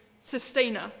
sustainer